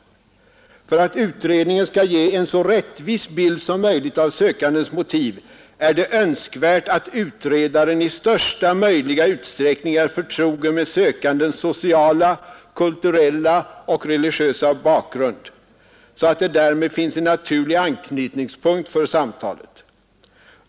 För att utredningen skall ge en så rättvis bild som möjligt av sökandens motiv, är det önskvärt att utredaren i största möjliga utsträckning är förtrogen med sökandens sociala, kulturella och religiösa bakgrund, så att det därmed finns en naturlig anknytningspunkt för samtalet.